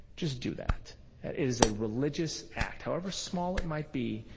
just do that. it is a religious act, however small it might be.